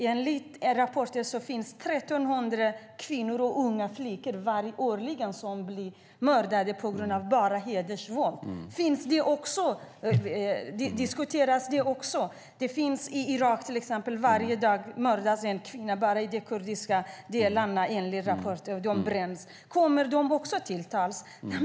Enligt rapporter blir 1 300 kvinnor och unga flickor årligen mördade på grund av hedersvåld. Diskuteras det också? I Irak mördas till exempel en kvinna varje dag bara i de kurdiska delarna, enligt rapporter. De bränns. Kommer de till tals?